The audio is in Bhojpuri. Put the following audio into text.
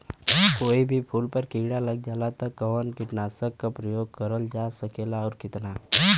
कोई भी फूल पर कीड़ा लग जाला त कवन कीटनाशक क प्रयोग करल जा सकेला और कितना?